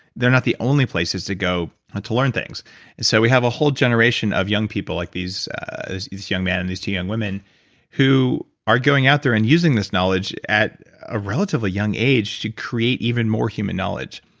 they're not the only places to go to learn things and so we have a whole generation of young people like this this young man and these two young women who are going out there and using this knowledge at a relatively young age to create even more human knowledge.